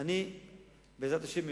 בעזרת השם,